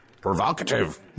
provocative